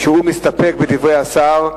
שהוא מסתפק בדברי השר.